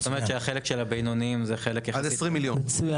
זאת אומרת שהחלק של הבינוניים --- עד 20 מיליון ₪.